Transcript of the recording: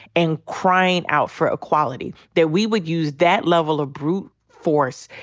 and crying out for equality. that we would use that level of brute force.